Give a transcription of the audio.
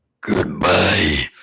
Goodbye